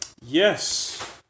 Yes